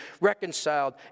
reconciled